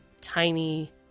tiny